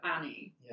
Annie